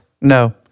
No